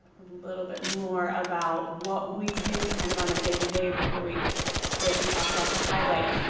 little bit more about what we do kind of on a day-to-day before we switch and talk about the highlights.